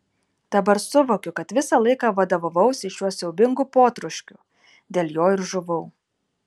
dabar suvokiu kad visą laiką vadovavausi šiuo siaubingu potroškiu dėl jo ir žuvau